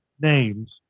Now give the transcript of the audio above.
names